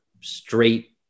straight